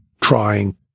trying